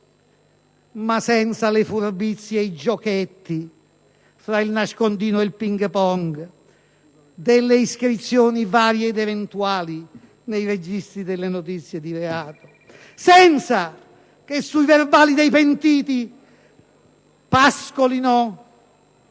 ma senza le furbizie e i giochetti (fra il nascondino e il ping pong) delle iscrizioni varie ed eventuali nel registro delle notizie di reato, senza che sui verbali dei pentiti pascolino